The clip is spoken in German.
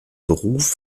beruf